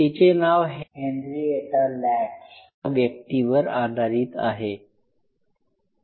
तिचे नाव "Henrietta Lacks" नावाच्या व्यक्तीवर आधारित आहे